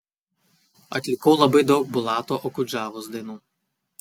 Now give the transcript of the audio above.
atlikau labai daug bulato okudžavos dainų